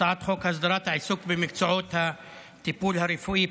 הצעת חוק הסדרת העיסוק במקצועות הטיפול הרפואי,